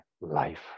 life